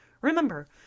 Remember